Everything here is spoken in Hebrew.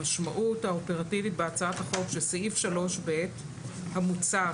המשמעות האופרטיבית בהצעת החוק שסעיף 3ב המוצע,